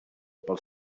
pels